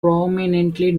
prominently